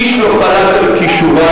איש לא חלק על כישוריו,